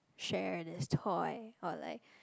share this toy or like